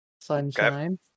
Sunshine